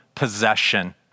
possession